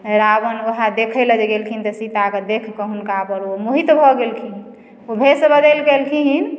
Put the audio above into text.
रावण वएह देखय लै जे गेलखिन तऽ सीताके देखके हुनकापर ओ मोहित भऽ गेलखिन ओ भेष बदलिके अयलखिन